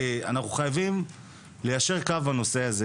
אנחנו חייבים ליישר קו בנושא הזה,